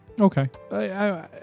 Okay